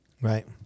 Right